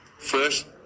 first